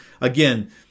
again